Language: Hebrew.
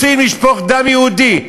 רוצים לשפוך דם יהודי,